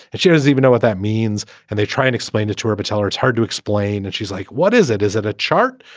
it shows even know what that means and they try and explain it to our patellar. it's hard to explain. and she's like, what is it? is it a chart?